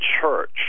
church